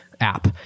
app